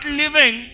living